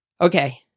Okay